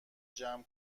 جمع